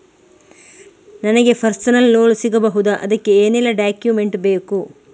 ನನಗೆ personal loan ಸಿಗಬಹುದ ಅದಕ್ಕೆ ಏನೆಲ್ಲ ಡಾಕ್ಯುಮೆಂಟ್ ಬೇಕು?